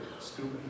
stupid